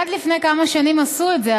עד לפני כמה שנים עשו את זה,